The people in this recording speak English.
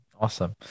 Awesome